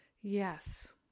yes